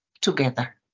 together